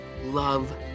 love